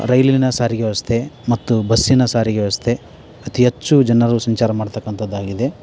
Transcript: ರೈಲಿನ ಸಾರಿಗೆ ವ್ಯವಸ್ಥೆ ಮತ್ತು ಬಸ್ಸಿನ ಸಾರಿಗೆ ವ್ಯವಸ್ಥೆ ಅತಿ ಹೆಚ್ಚು ಜನರು ಸಂಚಾರ ಮಾಡತಕ್ಕಂಥದ್ದಾಗಿದೆ